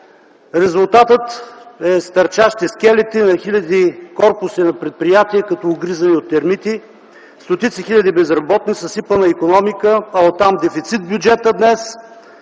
Резултатът е: стърчащи скелети на хиляди корпуси на предприятия, като огризани от термити, стотици хиляди безработни, съсипана икономика, а оттам – дефицит в бюджета днес,